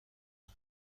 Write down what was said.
ایم